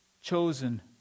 chosen